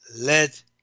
Let